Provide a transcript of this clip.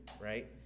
right